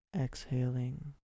Exhaling